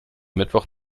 mittwoch